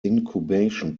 incubation